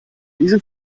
diesem